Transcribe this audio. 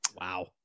Wow